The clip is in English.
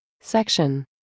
Section